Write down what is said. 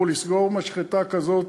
לסגור משחטה כזאת,